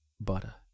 butter